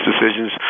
decisions